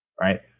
right